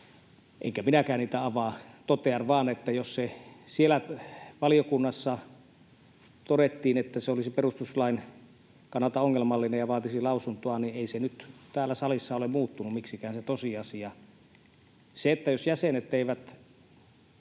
enkä minäkään niitä avaa. Totean vain, että jos se siellä valiokunnassa todettiin, että se olisi perustuslain kannalta ongelmallinen ja vaatisi lausuntoa, niin ei se tosiasia nyt täällä salissa ole muuttunut miksikään. Jos jäsenet ovat